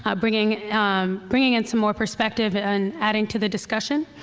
ah bringing bringing in some more perspective and adding to the discussion.